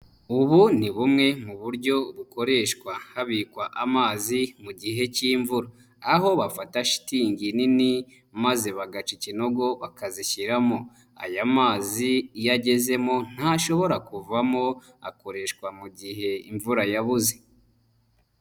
Ubu ni bumwe mu buryo bukoreshwa habikwa amazi mu gihe cy'imvura. Aho bafata shitingi nini, maze bagaca ikinogo bakazishyiramo. Aya mazi iyo agezemo ntashobora kuvamo akoreshwa mu gihe imvura yabuze.